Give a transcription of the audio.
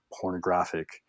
pornographic